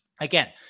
Again